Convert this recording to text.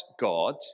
God